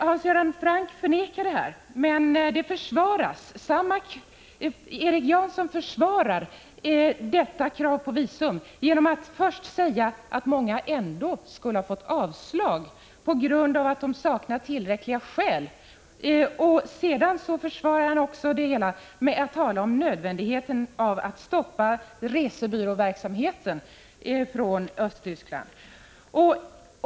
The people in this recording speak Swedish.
Hans Göran Franck förnekar detta, men Erik Janson försvarar detta krav på visum genom att först säga att många ändå skulle ha fått avslag på grund av att de saknar tillräckliga skäl och sedan tala om nödvändigheten av att helt stoppa resebyråverksamheten beträffande Östtyskland.